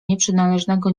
nieprzynależnego